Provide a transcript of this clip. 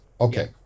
Okay